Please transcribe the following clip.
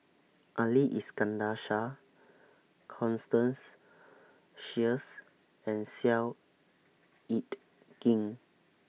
Ali Iskandar Shah Constance Sheares and Seow Yit Kin